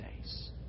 days